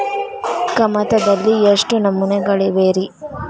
ಕಮತದಲ್ಲಿ ಎಷ್ಟು ನಮೂನೆಗಳಿವೆ ರಿ?